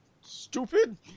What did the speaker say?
Stupid